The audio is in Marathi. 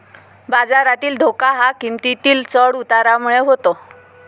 बाजारातील धोका हा किंमतीतील चढ उतारामुळे होतो